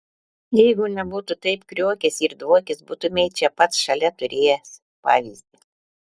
jeigu nebūtų taip kriokęs ir dvokęs būtumei čia pat šalia turėjęs pavyzdį